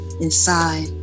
inside